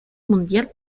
mundial